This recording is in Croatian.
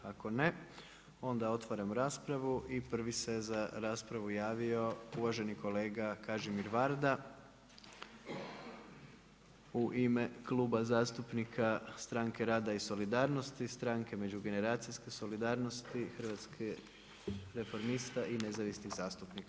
Ako ne, onda otvaram raspravu i prvi se za raspravu javio uvaženi kolega Kažimir Varda u ime Kluba zastupnika Stranke rada i solidarnosti, Stranke međugeneracijske solidarnosti, Hrvatskih reformista i nezavisnih zastupnika.